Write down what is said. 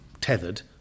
tethered